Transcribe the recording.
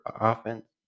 offense